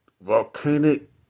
volcanic